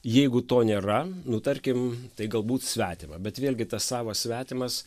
jeigu to nėra nu tarkim tai galbūt svetima bet vėlgi tas savas svetimas